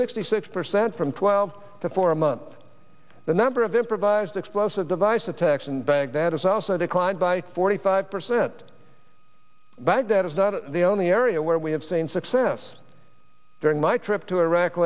sixty six percent from twelve to for a month the number of improvised explosive device attacks in baghdad has also declined by forty five percent baghdad is not the only area where we have seen success during my trip to iraq